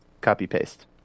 copy-paste